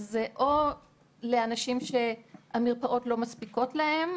זה מיועד או לאנשים שהמרפאות לא מספיקות להם,